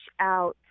out